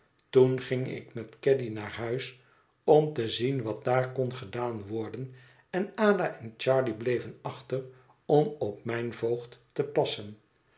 toen ging ik met caddy naar huis om te zien wat daar kon gedaan worden en ada en charley bleven achter om op mijn voogd te passen